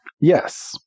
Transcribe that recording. Yes